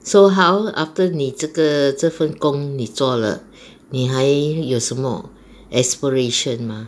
so how after 你这个这份工你做了你还有什么 aspirations mah